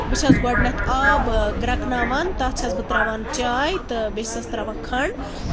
بہٕ چھَس گۄڈٕنیتھ آب گریکناوان تَتھ چھَس بہٕ تراوان چاے تہٕ بیٚیہِ چھسس تراوان کھنڈ